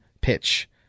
pitch